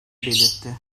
belirtti